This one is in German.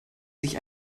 sich